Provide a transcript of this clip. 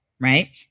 right